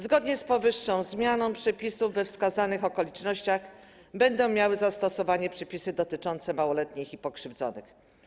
Zgodnie z powyższą zmianą przepisów we wskazanych okolicznościach będą miały zastosowanie przepisy dotyczące małoletnich i pokrzywdzonych.